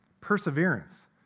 Perseverance